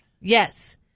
Yes